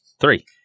Three